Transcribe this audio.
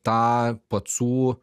tą pacų